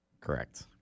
Correct